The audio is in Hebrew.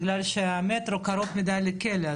בגלל שהמטרו קרוב מדי לכלא.